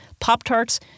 Pop-Tarts